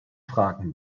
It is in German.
fragen